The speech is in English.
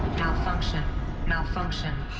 malfunction malfunction